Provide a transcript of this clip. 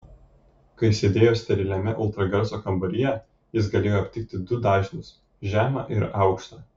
kai sėdėjo steriliame ultragarso kambaryje jis galėjo aptikti du dažnius žemą ir aukštą